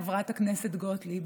חברת הכנסת גוטליב,